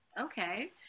okay